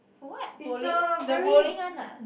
for what bowling the bowling one ah